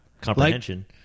comprehension